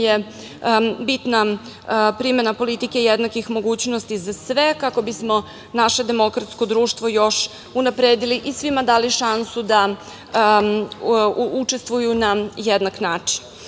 je bitna primena politike jednakih mogućnosti za sve, kao bismo naše demokratsko društvo još unapredili i svima dali šansu da učestvuju na jednak način. Želim